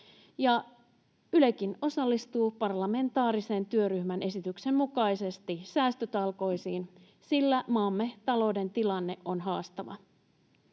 Ylekin osallistuu parlamentaarisen työryhmän esityksen mukaisesti säästötalkoisiin, sillä maamme talouden tilanne on haastava.